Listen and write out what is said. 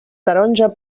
taronja